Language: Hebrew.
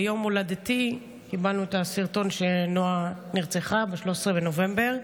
ביום הולדתי קיבלנו את הסרטון שנועה נרצחה ב-13 בנובמבר.